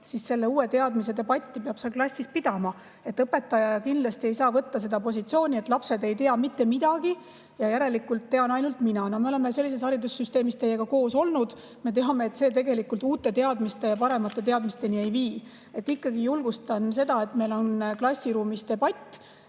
siis selle uue teadmise debatti peab seal klassis pidama. Õpetaja kindlasti ei saa võtta seda positsiooni: "Lapsed ei tea mitte midagi, järelikult tean ainult mina." Me oleme ju sellises haridussüsteemis teiega koos olnud ja me teame, et see tegelikult uute ja paremate teadmisteni ei vii. Ikkagi julgustan seda, et meil on klassiruumis debatt,